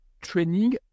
training